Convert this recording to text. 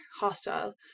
hostile